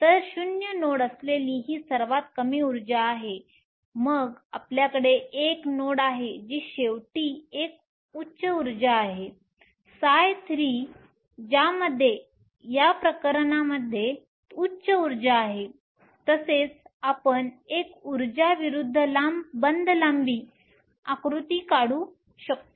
तर 0 नोड्स असलेली ही सर्वात कमी उर्जा आहे मग आपल्याकडे 1 नोड आहे जी शेवटी एक उच्च ऊर्जा आहे ψ3 ज्यामध्ये या प्रकरणात उच्च ऊर्जा आहे तसेच आपण एक उर्जा विरूद्ध बंध लांबी आकृती काढू शकतो